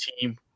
team